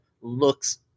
looks